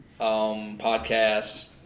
podcasts